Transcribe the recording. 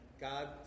God